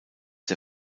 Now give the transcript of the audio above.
der